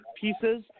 pieces